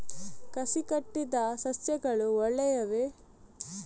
ಕಸಿ ಕಟ್ಟಿದ ಸಸ್ಯಗಳು ಒಳ್ಳೆಯವೇ?